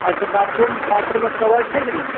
अच्छा बाथरूम के कबोड छै कि ने